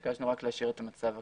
ביקשנו להשאיר את המצב הקיים.